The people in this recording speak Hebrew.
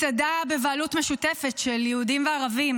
מסעדה בבעלות משותפת של יהודים וערבים,